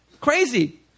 Crazy